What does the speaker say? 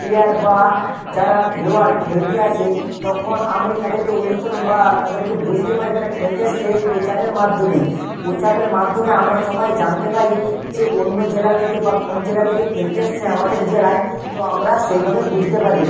player বা যারা খেলোয়াড় খেলতে আসে তখন আমি তাদেরকে অনুসরণ বা তাদেরকে বুঝতে পারি তারা খেলতে আসসে প্রচারের মাধ্যমে প্রচারের মাধ্যমে আমরা সবাই জানতে পারি যে অন্য জেলা থেকে বা কোন জেলা থেকে খেলতে আসে আমাদের জেলায় তো আমরা সেইভাবে বুঝতে পারি